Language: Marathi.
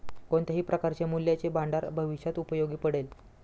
कोणत्याही प्रकारचे मूल्याचे भांडार भविष्यात उपयोगी पडेल